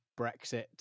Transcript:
Brexit